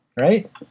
Right